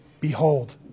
Behold